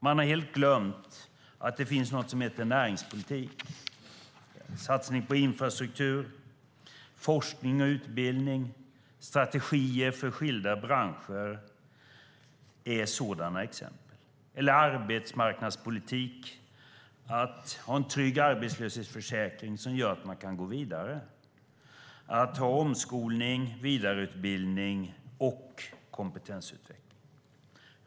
Man har helt glömt att det finns något som heter näringspolitik, till exempel satsning på infrastruktur, forskning och utbildning och strategier för skilda branscher, eller arbetsmarknadspolitik - att ha en trygg arbetslöshetsförsäkring som gör att man kan gå vidare och att ha omskolning, vidareutbildning och kompetensutveckling.